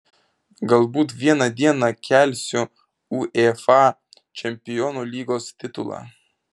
galbūt vieną dieną kelsiu uefa čempionių lygos titulą